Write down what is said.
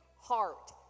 heart